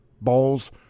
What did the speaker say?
balls